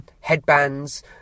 headbands